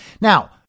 Now